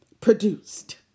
produced